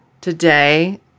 today